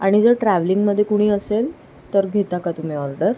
आणि जर ट्रॅवलिंगमध्ये कुणी असेल तर घेता का तुम्ही ऑर्डर